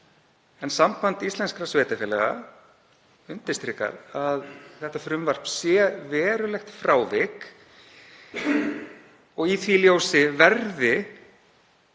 En Samband íslenskra sveitarfélaga undirstrikar að þetta frumvarp sé verulegt frávik og í því ljósi verði